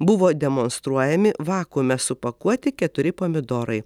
buvo demonstruojami vakuume supakuoti keturi pomidorai